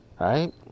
right